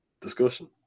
discussion